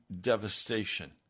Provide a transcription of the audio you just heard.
devastation